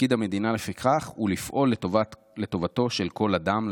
תפקיד המדינה לפיכך הוא לפעול לטובתו של כל אדם,